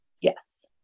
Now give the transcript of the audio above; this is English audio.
Yes